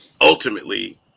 ultimately